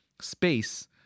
space